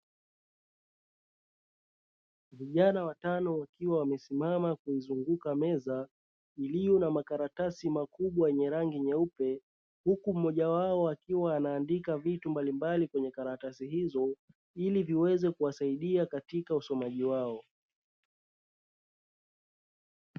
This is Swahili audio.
Vijana watano wakiwa wamesimama kuizunguka meza iliyo na makaratasi nyeupe, huku mmojawapo akiwa anaandika vitu mbalimbali kwenye karatasi hizo, ili ziweze kuwaasaidia katika usomaji wao.